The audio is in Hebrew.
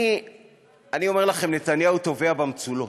אני אומר לכם, נתניהו טובע במצולות.